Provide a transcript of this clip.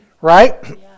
Right